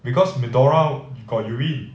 because medora got urine